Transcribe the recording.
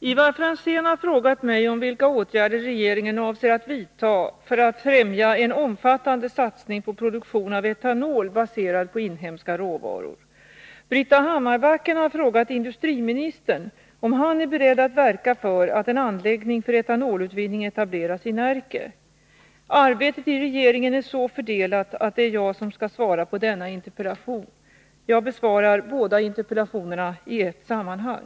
Ivar Franzén har frågat mig om vilka åtgärder regeringen avser att vidta för att främja en omfattande satsning på produktion av etanol baserad på inhemska råvaror. Britta Hammarbacken har frågat industriministern om han är beredd att verka för att en anläggning för etanolutvinning etableras i Närke. Arbetet i regeringen är så fördelat att det är jag som skall svara på denna interpellation. Jag besvarar båda interpellationerna i ett sammanhang.